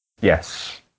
Yes